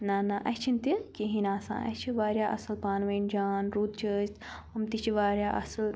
نَہ نَہ اسہِ چھُنہٕ تہِ کِہیٖنۍ آسان اسہِ چھِ واریاہ اصٕل پانہٕ وٲنۍ جان رُت چھُ أسۍ إم تہِ چھِ واریاہ اصٕل